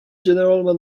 general